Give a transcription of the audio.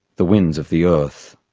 the winds of the earth.